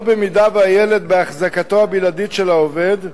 או אם הילד בהחזקתו הבלעדית של העובד.